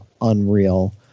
unreal